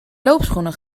loopschoenen